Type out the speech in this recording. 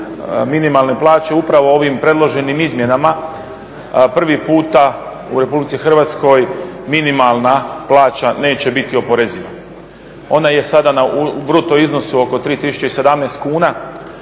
minimalne plaće, upravo ovim predloženim izmjenama prvi puta u RH minimalna plaća neće biti oporeziva. Ona je sada na bruto iznosu oko 3.017 kuna,